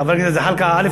חבר הכנסת זחאלקה, א.